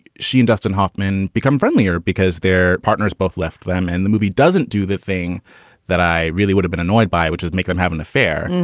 she and dustin hoffman become friendlier because their partners both left them. and the movie doesn't do the thing that i really would've been annoyed by, which would make them have an affair.